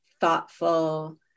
thoughtful